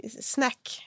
snack